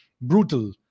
brutal